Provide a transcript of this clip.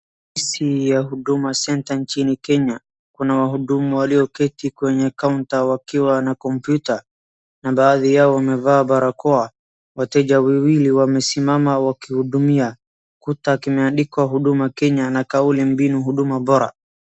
Ofisi ya Huduma Center nchini Kenya. Kuna wahudumu walioketi kwenye counter wakiwa na computer , na baadhi yao wamevaa barakoa. Wateja wawili wamesimama wakihudumia. Kuta kimeandikwa Huduma Kenya na kauli mbinu huduma bora.